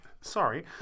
sorry